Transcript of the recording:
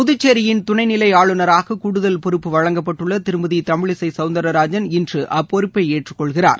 புதுச்சேரியின் துணை நிலை ஆளுநராக கூடுதல் பொறுப்பு வழங்கப்பட்டுள்ள திருமதி தமிழிசை சவுந்தரராஜன் இன்று அப்பொறுப்பை ஏற்றுக்கொள்கிறார்